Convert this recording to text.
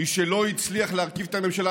משלא הצליח להרכיב את הממשלה,